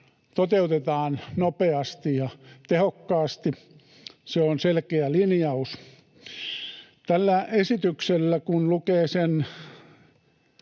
toteutetaan nopeasti ja tehokkaasti. Se on selkeä linjaus. Tässä esityksessä, kun lukee sen